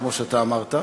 כמו שאתה אמרת.